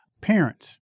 Parents